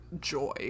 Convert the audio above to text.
joy